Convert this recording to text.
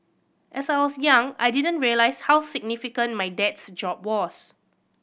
as I was young I didn't realise how significant my dad's job was